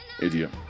idiot